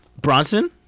Bronson